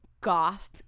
goth